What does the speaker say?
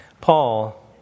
Paul